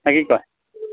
নে কি কয়